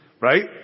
Right